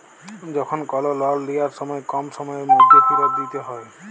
যখল কল লল লিয়ার সময় কম সময়ের ম্যধে ফিরত দিইতে হ্যয়